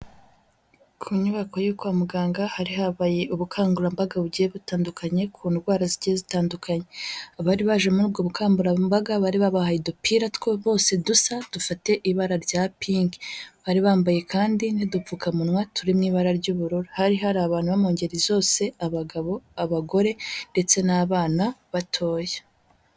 Ku nyubako yo kwa muganga hari habaye ubukangurambaga bugiye butandukanye ku ndwara zigiye zitandukanye, abari baje muri ubwo bukangurambaga, bari babahaye udupira bose dusa, dufite ibara rya pink, bari bambaye kandi n'udupfukamunwa turi m'ibara ry'ubururu, hari hari abantu bingeri zose, abagabo, abagore, ndetse n'abana batoya.